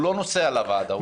הוא לא נוסע לוועדה.